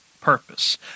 purpose